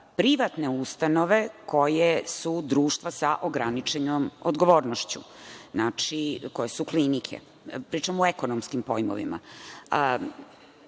privatne ustanove koje su društva sa ograničenom odgovornošću, znači, koje su klinike. Pričam o ekonomskim pojmovima,